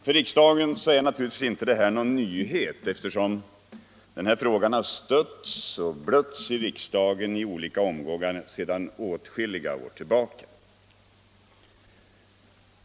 För riksdagen är naturligtvis detta inte någon nyhet, eftersom den här frågan har stötts och blötts i riksdagen i olika omgångar sedan åtskilliga år.